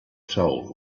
souls